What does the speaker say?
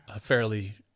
Fairly